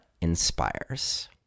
inspires